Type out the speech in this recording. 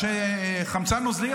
אנשי חמצן נוזלי,